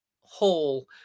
Hall